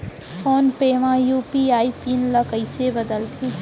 Phone पे म UPI PIN ल कइसे बदलथे?